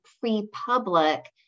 pre-public